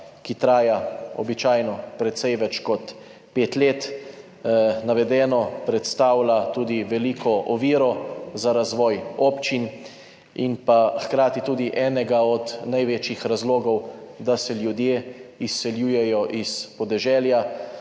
ki traja običajno precej več kot pet let. Navedeno predstavlja tudi veliko oviro za razvoj občin in hkrati tudi enega od največjih razlogov, da se ljudje izseljujejo s podeželja.